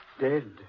Dead